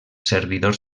servidors